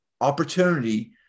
opportunity